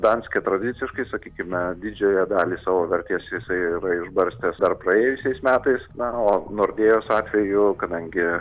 danske tradiciškai sakykime didžiąją dalį savo vertės jisai yra išbarstęs dar praėjusiais metais na o nordėjos atveju kadangi